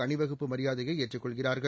அணிவகுப்பு மரியாதையை ஏற்றுக் கொள்கிறார்கள்